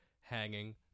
hanging